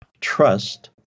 trust